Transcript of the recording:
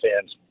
fans